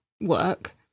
work